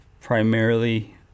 primarily